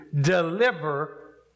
deliver